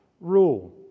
rule